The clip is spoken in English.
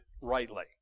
rightly